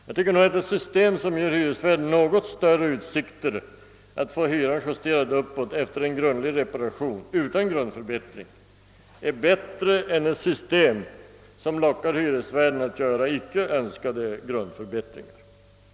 Jag anser att ett system som ger hyresvärden något större utsikter att få hyran justerad uppåt efter en grundlig reparation, utan grundförbättring, är bättre än ett system som lockar hyresvärden att göra icke önskade grundförbättringar.